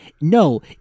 no